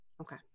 Okay